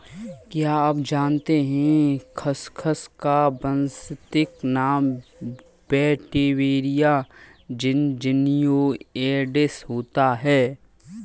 क्या आप जानते है खसखस का वानस्पतिक नाम वेटिवेरिया ज़िज़नियोइडिस होता है?